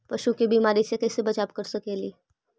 पशु के बीमारी से कैसे बचाब कर सेकेली?